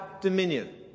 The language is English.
dominion